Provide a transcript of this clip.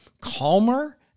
calmer